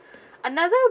another